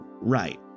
right